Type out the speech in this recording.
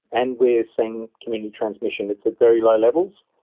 and we are seeing community transmission. it's at very low levels,